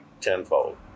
tenfold